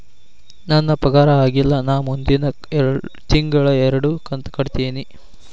ನನ್ನ ಪಗಾರ ಆಗಿಲ್ಲ ನಾ ಮುಂದಿನ ತಿಂಗಳ ಎರಡು ಕಂತ್ ಕಟ್ಟತೇನಿ